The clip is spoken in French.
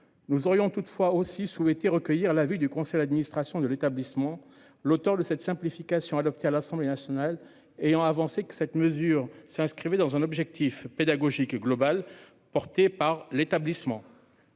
Nous aurions toutefois aussi souhaité recueillir l'avis du conseil d'administration de l'établissement, l'auteur de cette mesure de simplification adoptée à l'Assemblée nationale ayant avancé qu'elle s'inscrivait dans un objectif pédagogique global porté par l'établissement.